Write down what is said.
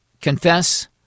confess